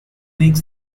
makes